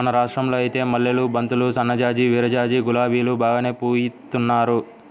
మన రాష్టంలో ఐతే మల్లెలు, బంతులు, సన్నజాజి, విరజాజి, గులాబీలు బాగానే పూయిత్తున్నారు